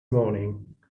morning